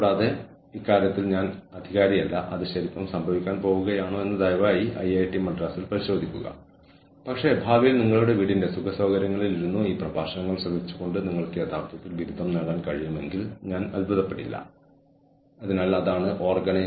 കൂടാതെ ഈ ശ്രേണി ഷുലറും ജാക്സണും സമാഹരിച്ച പെരുമാറ്റങ്ങളുടെ ഈ മുഴുവൻ പട്ടികയും നമ്മൾക്ക് മാനവ വിഭവശേഷി പ്രവർത്തനത്തിലൂടെ എച്ച്ആർ ലക്ഷ്യങ്ങൾ അല്ലെങ്കിൽ ക്ഷമിക്കണം അതിന്റെ തന്ത്രപരമായ ലക്ഷ്യങ്ങൾ നേടാൻ മത്സര തന്ത്രങ്ങൾ വികസിപ്പിച്ച് ഓർഗനൈസേഷനെ അതിന്റെ എതിരാളികൾക്കിടയിൽ മത്സരപരമായ നേട്ടം നേടുന്നതിന് സഹായിക്കാനും നേട്ടങ്ങൾ കൈവരിക്കാനും സഹായിക്കാൻ ആവശ്യമായ പെരുമാറ്റങ്ങൾ മനസിലാക്കാൻ സഹായിക്കുന്നു